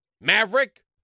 Maverick